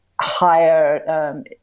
higher